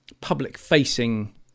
public-facing